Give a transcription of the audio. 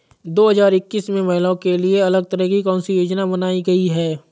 दो हजार इक्कीस में महिलाओं के लिए अलग तरह की कौन सी योजना बनाई गई है?